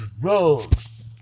drugs